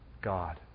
God